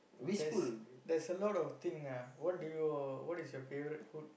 there's there's a lot of thing ah what do you what is your favourite food